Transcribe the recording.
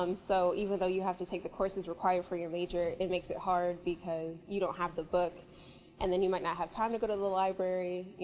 um so even though you have to take the courses required for your major, it makes it hard because you don't have the book and then you might not have time to go to the library.